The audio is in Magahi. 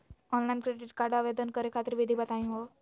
ऑनलाइन क्रेडिट कार्ड आवेदन करे खातिर विधि बताही हो?